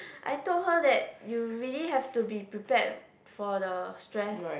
I told her that you really have to be prepared for the stress